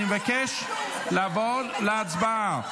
אני מבקש לעבור להצבעה.